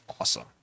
awesome